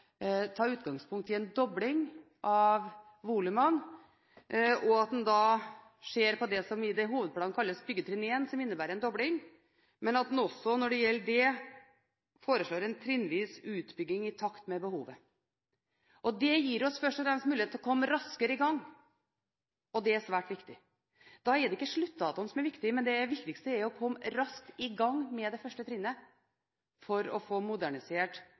ta utgangspunkt i en dobling av volumene, og at en ser på det som i hovedplanen kalles byggetrinn 1, som innebærer en dobling, men at en også foreslår en trinnvis utbygging i takt med behovet. Det gir oss først og fremst mulighet til å komme raskere i gang, og det er svært viktig. Da er det ikke sluttdatoen som er viktig, men det viktigste er å komme raskt i gang med det første trinnet for å få modernisert